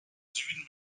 süden